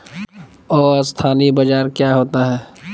अस्थानी बाजार क्या होता है?